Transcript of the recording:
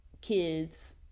kids